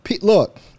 Look